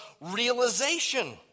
realization